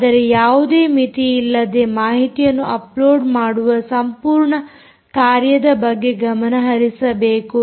ಆದರೆ ಯಾವುದೇ ಮಿತಿಯಿಲ್ಲದೆ ಮಾಹಿತಿಯನ್ನು ಅಪ್ಲೋಡ್ ಮಾಡುವ ಸಂಪೂರ್ಣ ಕಾರ್ಯದ ಬಗ್ಗೆ ಗಮನ ಹರಿಸಬೇಕು